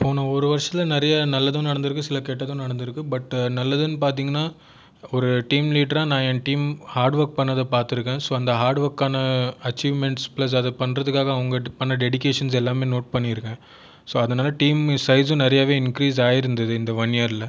போன ஒரு வருஷத்தில் நிறைய நல்லதும் நடந்திருக்கு சில கெட்டதும் நடந்திருக்கு பட் நல்லதுன்னு பார்த்தீங்கன்னா ஒரு டீம் லீடராக நான் என் டீம் ஹார்டு ஒர்க் பண்ணதை பார்த்துருக்கேன் ஸோ அந்த ஹார்டு ஒர்க்கான அச்சீவ்மெண்ட்ஸ் ப்ளஸ் அது பண்ணுறதுக்காக அவங்க பண்ண டெடிகேஷன் எல்லாமே நோட் பண்ணியிருக்கேன் ஸோ அதனால் டீம் சைஸ்சும் நிறையவே இன்க்ரீஸ் ஆகிருந்தது இந்த ஒன் இயரில்